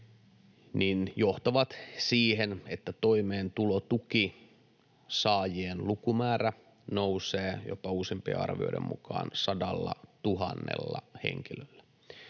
johtavat siihen, että toimeentulotukisaajien lukumäärä nousee uusimpien arvioiden mukaan jopa 100 000 henkilöllä